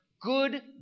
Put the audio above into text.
Good